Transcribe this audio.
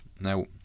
Now